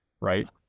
Right